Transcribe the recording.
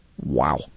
Wow